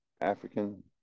african